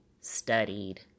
studied